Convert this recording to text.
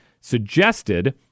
suggested